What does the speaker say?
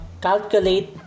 calculate